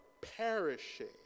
perishing